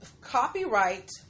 copyright